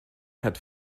had